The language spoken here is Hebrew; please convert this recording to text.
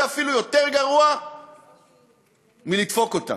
זה אפילו יותר גרוע מלדפוק אותם.